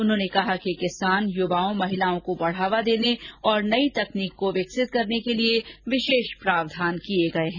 उन्होंने कहा कि किसान युवाओं महिलाओं को बढ़ावा देने और नई तकनीक को विकसित करने के लिए विशेष प्रावधान किए गए हैं